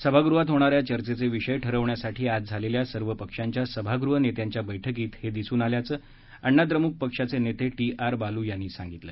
सभागृहात होणाऱ्या चर्चेचे विषय ठरवण्यासाठी आज झालेल्या सर्व पक्षांच्या सभागृह नेत्यांच्या बैठकीत हे दिसून आल्याचं अण्णा द्रमुक पक्षाचे नेते टी आर बालु यांनी सांगितलं